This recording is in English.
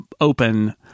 open